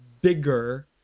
bigger